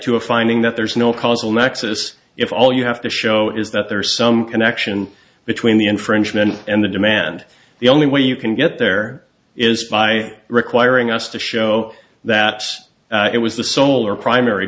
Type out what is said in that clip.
to a finding that there is no causal nexus if all you have to show is that there is some connection between the infringement and the demand the only way you can get there is by requiring us to show that it was the sole or primary